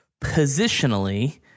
positionally